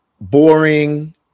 boring